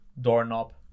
doorknob